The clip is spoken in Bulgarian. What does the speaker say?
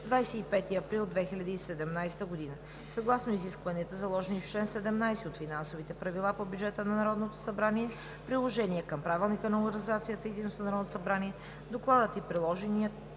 25 април 2017 г. Съгласно изискванията, заложени в чл. 17 от финансовите правила по бюджет на Народното събрание, приложение към Правилника за организацията и дейността на Народното